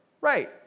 Right